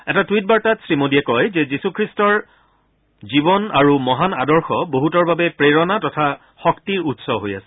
এটা টুইট বাৰ্তাত শ্ৰীমোদীয়ে কয় যে যীশুগ্ৰীষ্টৰ জীৱন আৰু মহান আদৰ্শ বহুতৰ বাবে প্ৰেৰণা তথা শক্তিৰ উৎস হৈ আছে